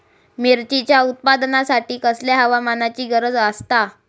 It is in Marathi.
मिरचीच्या उत्पादनासाठी कसल्या हवामानाची गरज आसता?